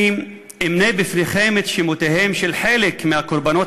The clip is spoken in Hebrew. אני אמנה בפניכם את שמותיהם של חלק מהקורבנות